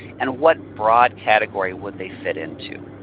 and what broad category would they fit into.